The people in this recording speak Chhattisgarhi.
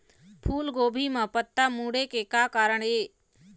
फूलगोभी म पत्ता मुड़े के का कारण ये?